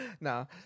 No